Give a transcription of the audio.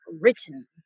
written